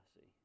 see